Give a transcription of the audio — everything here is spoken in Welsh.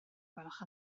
gwelwch